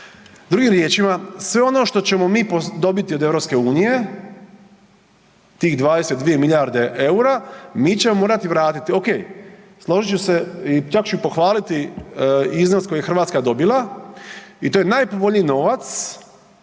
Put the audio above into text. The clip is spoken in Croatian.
Drugim riječima, sve ono što ćemo mi dobiti od EU tih 22 milijarde EUR-a mi ćemo morati vratiti, ok, složit ću se čak ću i pohvaliti iznos koji je Hrvatska dobila i to je najpovoljniji novac